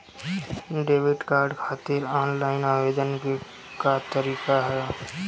Debit card खातिर online आवेदन के का तरीकि ह?